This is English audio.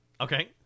Okay